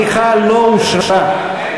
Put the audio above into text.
סליחה, לא אושרה.